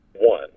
one